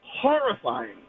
horrifying